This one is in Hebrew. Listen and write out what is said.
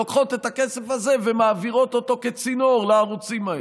לוקחות את הכסף הזה ומעבירות אותו כצינור לערוצים האלה.